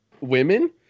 women